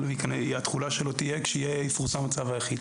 התחולה שלו תהיה כשיפורסם הצו האחיד.